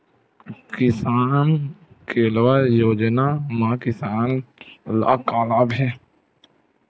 किसान कलेवा योजना म किसान ल का लाभ मिलथे?